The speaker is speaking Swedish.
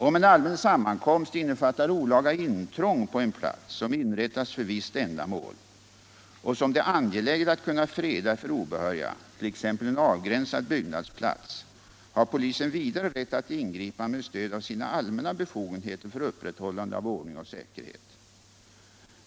Om en allmän sammankomst innefattar olaga intrång på en plats som inrättats för visst ändamål och som det är angeläget att kunna freda för obehöriga, t.ex. en avgränsad byggnadsplats, har polisen vidare rätt att ingripa med stöd av sina allmänna befogenheter för upprätthållande av ordning och säkerhet.